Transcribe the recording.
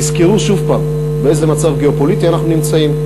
תזכרו שוב באיזה מצב גיאו-פוליטי אנחנו נמצאים,